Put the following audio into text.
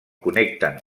connecten